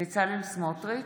בצלאל סמוטריץ'